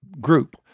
group